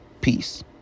peace